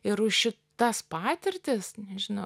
ir už šitas patirtis nežinau